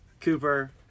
Cooper